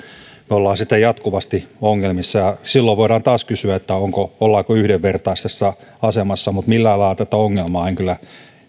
me olemme jatkuvasti ongelmissa ja silloin voidaan taas kysyä ollaanko yhdenvertaisessa asemassa mutta millään lailla tätä ongelmaa en kyllä